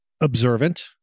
observant